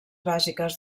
bàsiques